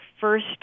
first